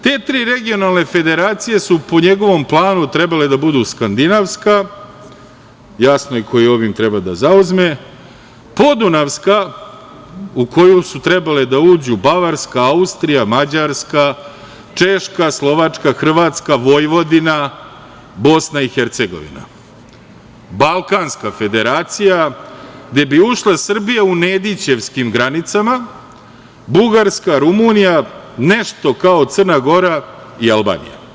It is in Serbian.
Te tri regionalne federacije su po njegovom planu trebale da budu Skandinavska, jasno, ko i ovim treba da zauzme, Podunavska u koju su trebale da uđu Bavarska, Austrija, Mađarska, Češka, Slovačka, Hrvatska, Vojvodina, BiH, Balkanska federacija gde bi ušle Srbija u Nedićevskim granicama, Bugarska, Rumunija, nešto kao Crna Gora i Albanija.